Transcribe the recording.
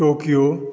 Tokyo